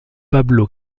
pablo